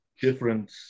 different